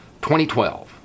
2012